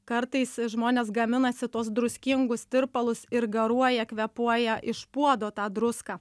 kartais žmonės gaminasi tuos druskingus tirpalus ir garuoja kvėpuoja iš puodo tą druską